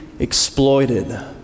exploited